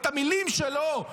את המילים שלו,